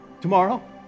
tomorrow